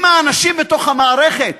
אם האנשים בתוך המערכת